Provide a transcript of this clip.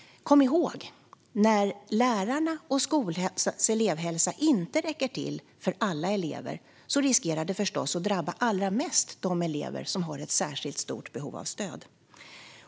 Kom ihåg att när lärarna och skolans elevhälsa inte räcker till för alla elever riskerar det förstås att allra mest drabba de elever som har ett särskilt stort behov av stöd.